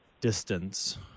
distance